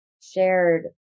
shared